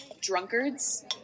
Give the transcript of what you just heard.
drunkards